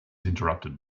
interrupted